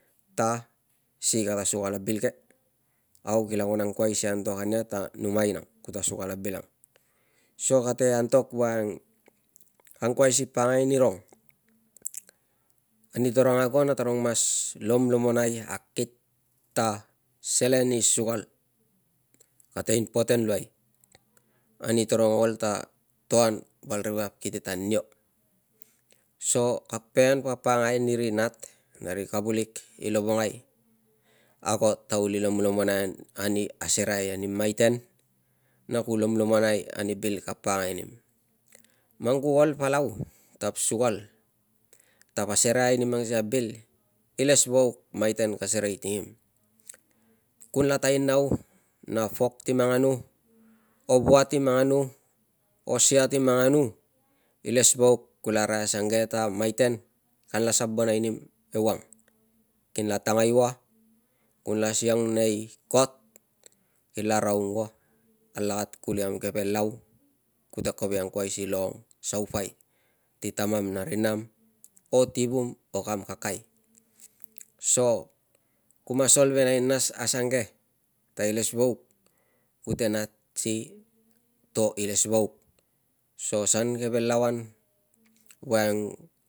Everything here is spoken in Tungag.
Ta si kata sukal a bil ke, au kila kun angkuai si antok ania ta numai nang kuta sukal a bil ang. So kate antok woiang ka angkuai si pakangai nirong ani tarong ago na tarong mas lomlomonai akit ta selen i sukal kate impoten luai ani tarong ol ta to an val ri vap kite tanio. So kag pege papakangai ani ri nat na ri kavulik i lovongai, ago ta uli lomlomonai an ani asereai ani maiten na ku lomlomonai ani bil ka pakangai nim. Man ku ol palau tab sukal, tab asereai ni mang sikei a bil, ilesvauk maiten ka serei tingim. Kunla tainau na pok ti manganu, o vua ti manganu, o sia ti manganu, ilesvauk kula arai asange ta maiten kanla sabonai nim ewang, kinla tangai ua, kunla siang nei kot, kila raung ua alakat kuli kam keve lau kute kovek i angkuai si longong saupai ti tamam na ri nam o tivum o kam kakai. So ku mas ol velai nas asange ta ilesvauk kute nat si to ilesvauk, so san keve lau an woiang.